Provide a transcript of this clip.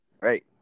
Right